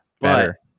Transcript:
better